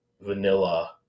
vanilla